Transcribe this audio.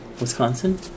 Wisconsin